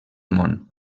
món